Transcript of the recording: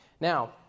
now